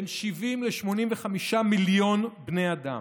את חייהם של בין 70 ל-85 מיליון בני אדם,